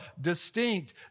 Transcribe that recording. distinct